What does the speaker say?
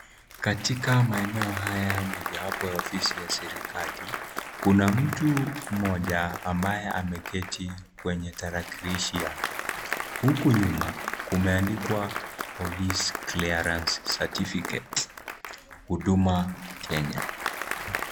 Katika maeneo haya mojawapo ya ofisi ya serikali, kuna mtu mmoja ambaye ameketi kwenye tarakilishi yake, huku nyuma kumeandikwa Police Clearance Certificate Huduma Kenya.